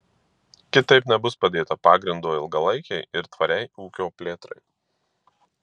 kitaip nebus padėta pagrindo ilgalaikei ir tvariai ūkio plėtrai